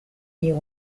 you